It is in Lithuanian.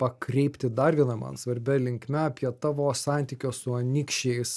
pakreipti dar viena man svarbia linkme apie tavo santykio su anykščiais